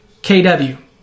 KW